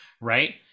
right